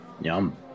Yum